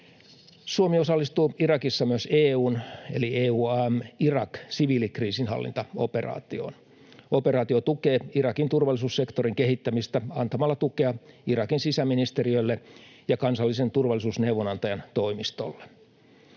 Suomi osallistuu Irakissa myös EU:n EUAM Iraq -siviilikriisinhallintaoperaatioon. Operaatio tukee Irakin turvallisuussektorin kehittämistä antamalla tukea Irakin sisäministeriölle ja kansallisen turvallisuusneuvonantajan toimistolle.